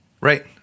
Right